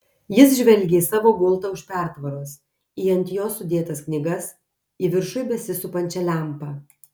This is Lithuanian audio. jis žvelgė į savo gultą už pertvaros į ant jo sudėtas knygas į viršuj besisupančią lempą